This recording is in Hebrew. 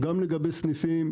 גם לגבי סניפים,